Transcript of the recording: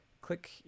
click